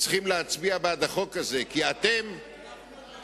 צריכים להצביע בעד החוק הזה, כי אתם, זה